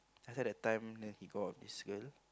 that's why that time then he go out with this girl